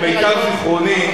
למיטב זיכרוני,